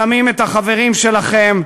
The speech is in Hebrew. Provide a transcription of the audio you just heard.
שמים את החברים שלכם,